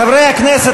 חברי הכנסת,